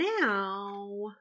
now